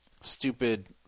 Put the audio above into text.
stupid